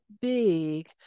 big